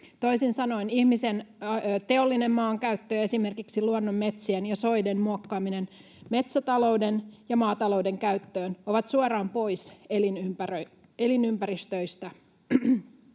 Toisin sanoen ihmisen teollinen maankäyttö, esimerkiksi luonnonmetsien ja soiden muokkaaminen metsätalouden ja maatalouden käyttöön, on suoraan pois elinympäristöistä.